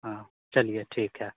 हाँ चलिए ठीक है